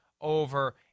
over